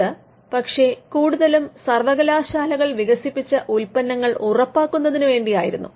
ഇത് പക്ഷെ കൂടുതലും സർവ്വകലാശാലകൾ വികസിപ്പിച്ച ഉൽപ്പന്നങ്ങൾ ഉറപ്പാക്കുന്നതിന് വേണ്ടി ആയിരുന്നു